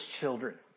children